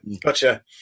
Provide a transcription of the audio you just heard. Gotcha